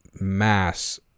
mass